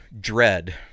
dread